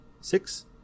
Six